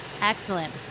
Excellent